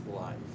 life